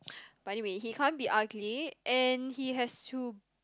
but any way he can't be ugly and he has to